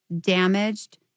damaged